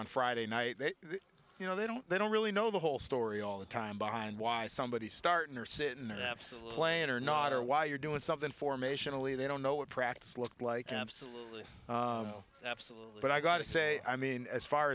on friday night you know they don't they don't really know the whole story all the time by why somebody starting or sit in an absolute plane or not or why you're doing something formation only they don't know what practice looked like absolutely absolutely but i gotta say i mean as far